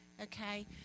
Okay